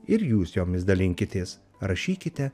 ir jūs jomis dalinkitės rašykite